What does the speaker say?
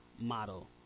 model